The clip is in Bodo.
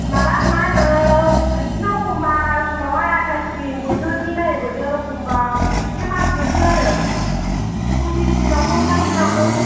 माबा मा होनो बिदिनो एखमबा समावहाय आथाइसदिन बोथोरनि नायै बोथोर एखमबा बिदिनो मास मोनसे आरो पसिस दिनआवबो ओंखारहैनो हागौ